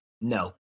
no